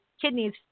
kidneys